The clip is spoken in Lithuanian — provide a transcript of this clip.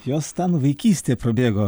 jos ten vaikystė prabėgo